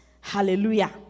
hallelujah